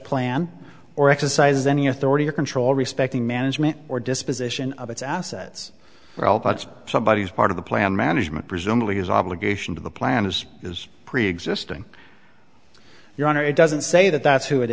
plan or exercise any authority or control respecting management or disposition of its assets somebody is part of the plan management presumably has obligation to the plan as is preexisting your honor it doesn't say that that's who it